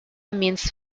means